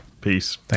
Peace